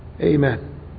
Amen